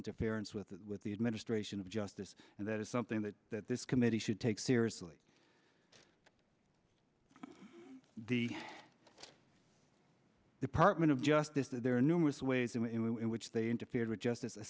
interference with the administration of justice and that is something that that this committee should take seriously the department of justice that there are numerous ways in which they interfered with justice a